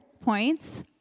points